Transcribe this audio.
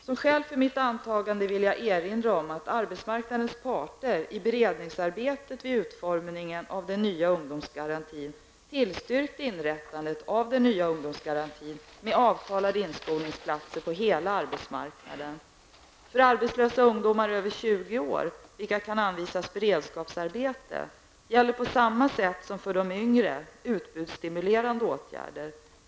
Som skäl för mitt antagande vill jag erinra om att arbetsmarknadens parter i beredningsarbetet vid utformningen av den nya ungdomsgarantin tillstyrkt inrättandet av den nya ungdomsgarantin med avtalade inskolningsplatser på hela arbetsmarknaden. För arbetslösa ungdomar över 20 år, vilka kan anvisas beredskapsarbete, gäller på samma sätt som för de yngre, utbudsstimulerande åtgärder.